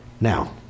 Now